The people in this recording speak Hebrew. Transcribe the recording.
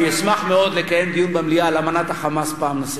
אני אשמח מאוד לקיים דיון במליאה על אמנת ה"חמאס" פעם נוספת.